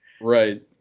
Right